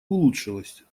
улучшилось